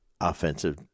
offensive